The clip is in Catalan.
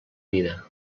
vida